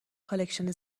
کالکشن